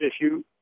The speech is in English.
issue